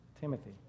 Timothy